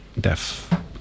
deaf